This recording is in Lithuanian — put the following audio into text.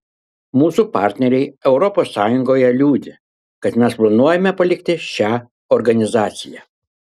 mūsų partneriai europos sąjungoje liūdi kad mes planuojame palikti šią organizaciją